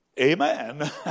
Amen